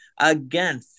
again